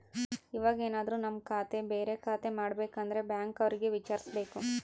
ಇವಾಗೆನದ್ರು ನಮ್ ಖಾತೆ ಬೇರೆ ಖಾತೆ ಮಾಡ್ಬೇಕು ಅಂದ್ರೆ ಬ್ಯಾಂಕ್ ಅವ್ರಿಗೆ ವಿಚಾರ್ಸ್ಬೇಕು